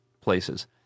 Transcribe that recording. places